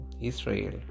Israel